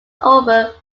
over